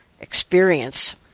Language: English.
experience